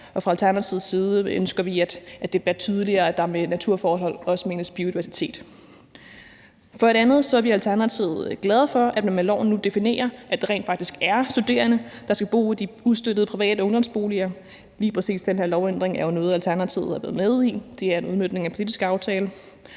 Fra Alternativets side ønsker vi, at det bliver tydeligere, at der med naturforhold også menes biodiversitet. For det andet er vi i Alternativet glade for, at det i lovforslaget nu defineres, at det rent faktisk er studerende, der skal bo i de ustøttede private ungdomsboliger. Lige præcis den lovændring er jo noget, Alternativet har været med i. Det er en udmøntning af en politisk aftale,